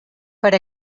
per